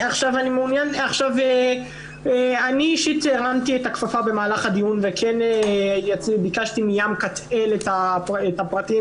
אני אישית הרמתי את הכפפה במהלך הדיון וכן ביקשתי מים קטאל את הפרטים,